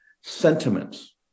sentiments